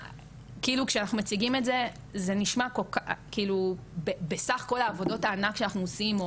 כשאנחנו מציגים את זה בסך כל עבודות הענק שאנחנו עושים,